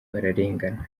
bararengana